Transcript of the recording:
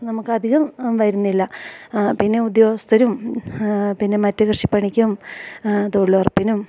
നമുക്കധികം വരുന്നില്ല പിന്നെ ഉദ്യോഗസ്ഥരും പിന്നെ മറ്റ് കൃഷിപ്പണിക്കും തൊഴിലുറപ്പിനും